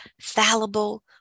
fallible